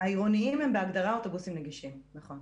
העירוניים הם בהגדרה אוטובוסים נגישים, נכון.